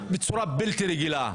בצורה בלתי רגילה.